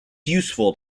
useful